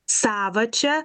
sava čia